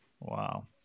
Wow